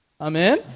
Amen